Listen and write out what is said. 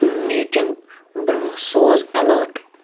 meeting برٛونٛہہ سوز اٮ۪لٲٹ